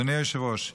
אדוני היושב-ראש,